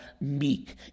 meek